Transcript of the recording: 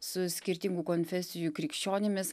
su skirtingų konfesijų krikščionimis